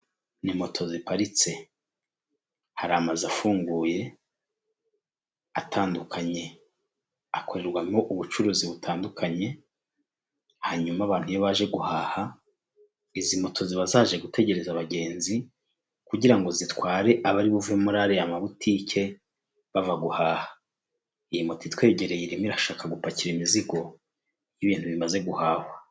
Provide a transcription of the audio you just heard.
Ni moto ziparitse, hari amazu afunguye atandukanye, akorerwamo ubucuruzi butandukanye, hanyuma abantu iyo baje guhaha izi moto ziba zaje gutegereza abagenzi kugira ngo zitware abari buve muri aya mabutike bava guhaha, iyi moti itwegereye irimo irashaka gupakira imizigo y'ibintu bimaze guhahwa.